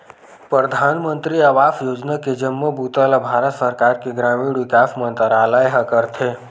परधानमंतरी आवास योजना के जम्मो बूता ल भारत सरकार के ग्रामीण विकास मंतरालय ह करथे